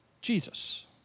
Jesus